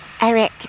Eric